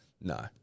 No